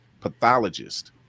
pathologist